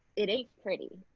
it ain't pretty.